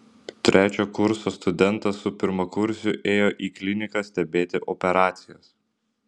trečio kurso studentas su pirmakursiu ėjo į kliniką stebėti operacijos